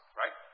right